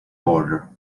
border